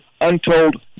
untold